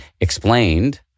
explained